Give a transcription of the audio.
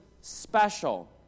special